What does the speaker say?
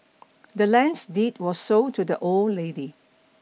the land's deed were sold to the old lady